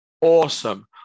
awesome